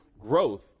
growth